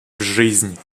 жизнь